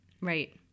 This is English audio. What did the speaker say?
Right